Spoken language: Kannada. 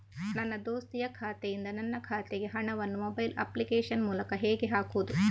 ನನ್ನ ದೋಸ್ತಿಯ ಖಾತೆಯಿಂದ ನನ್ನ ಖಾತೆಗೆ ಹಣವನ್ನು ಮೊಬೈಲ್ ಅಪ್ಲಿಕೇಶನ್ ಮೂಲಕ ಹೇಗೆ ಹಾಕುವುದು?